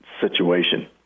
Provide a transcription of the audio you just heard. situation